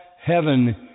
heaven